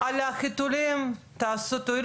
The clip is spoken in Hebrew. על החיתולים, תואילו